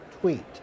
tweet